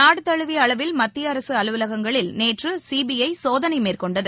நாடு தழுவிய அளவில் மத்திய அரசு அலுவலகங்களில் நேற்று சிபிஐ சோதனை மேற்கொண்டது